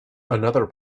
another